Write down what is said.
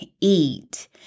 eat